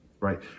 right